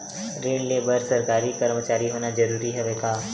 ऋण ले बर सरकारी कर्मचारी होना जरूरी हवय का?